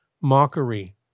mockery